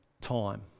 time